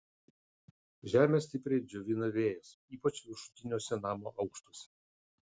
žemę stipriai džiovina vėjas ypač viršutiniuose namo aukštuose